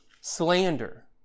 slander